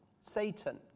Satan